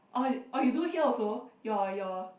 orh you oh you do here also your your